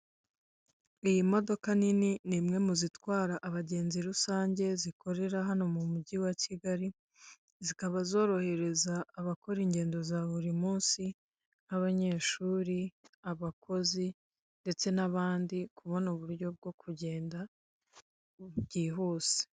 Iyi modoka nini ni imwe mu zitwara abagenzi rusange zikorera hano mu mujyi wa Kigali, zikaba zorohereza abakora ingendo za buri munsi nk'abanyeshuri, abakozi ndetse n'abandi kubona uburyo bwo kugenda byihuse.